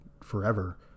forever